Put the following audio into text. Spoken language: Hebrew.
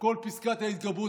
כל פסקת ההתגברות,